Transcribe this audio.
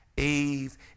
Eve